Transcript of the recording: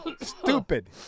stupid